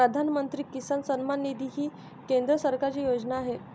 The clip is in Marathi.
प्रधानमंत्री किसान सन्मान निधी ही केंद्र सरकारची योजना आहे